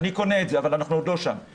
אני קונה את זה אבל אנחנו עוד לא שם.